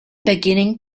beginning